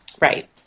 right